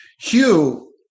Hugh